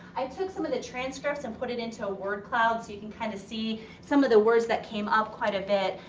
i took some of the transcripts and put in into a word cloud so you can kinda kind of see some of the words that came up quite a bit.